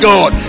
God